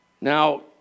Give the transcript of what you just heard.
Now